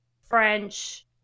French